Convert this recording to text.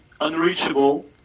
unreachable